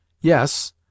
Yes